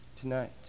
tonight